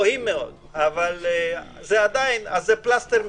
אבל זה עדיין פלסטר משופר,